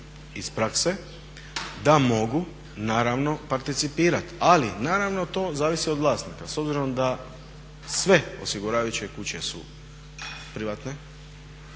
iz prakse da mogu naravno participirati. Ali naravno to zavisi od vlasnika. S obzirom da sve osiguravajuće kuće su privatne,